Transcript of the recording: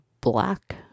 Black